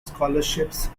scholarships